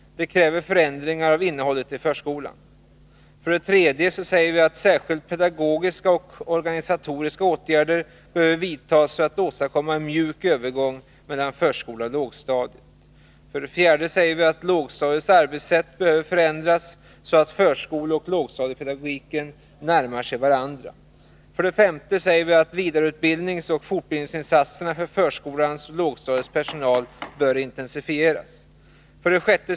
Detta kräver förändringar av innehållet i förskolan. 3. Särskilt pedagogiska och organisatoriska åtgärder behöver vidtas för att åstadkomma en mjuk övergång mellan förskola och lågstadiet. 4. Lågstadiets arbetssätt behöver förändras så att förskoleoch lågstadiepedagogiken närmar sig varandra. 5. Vidareutbildningsoch fortbildningsinsatserna för förskolans och lågstadiets personal bör intensifieras.